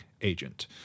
agent